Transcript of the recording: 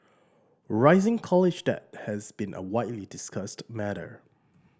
rising college debt has been a widely discussed matter